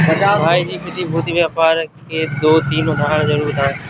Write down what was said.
भाई जी प्रतिभूति व्यापार के दो तीन उदाहरण जरूर बताएं?